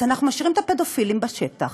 אז אנחנו משאירים את הפדופילים בשטח,